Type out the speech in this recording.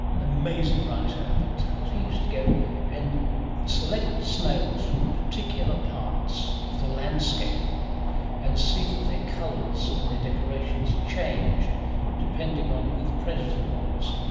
an amazing writer, but of course he used to go and select snails from particular parts of the landscape and see that their colours and their decorations changed depending on who the predator was.